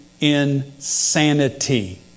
insanity